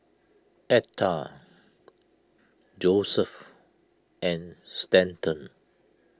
Etha Joesph and Stanton